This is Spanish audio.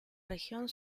región